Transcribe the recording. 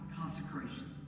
consecration